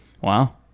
Wow